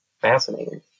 fascinating